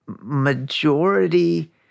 majority